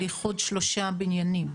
על איחוד שלושה מגשרים.